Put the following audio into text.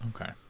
Okay